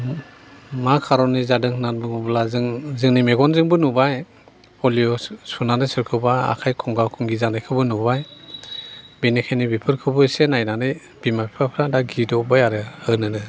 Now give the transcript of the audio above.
मा कारननि जादों होननानै बुङोब्ला जों जोंनि मेगनजोंबो नुबाय पलिय' सुनानै सोरखौबा आखाय खंगा खंगि जानायखौबो नुबाय बेनिखायनो बेफोरखौबो एसे नायनानै बिमा बिफाफ्रा दा गिदबबाय आरो होनोनो